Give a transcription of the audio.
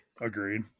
agreed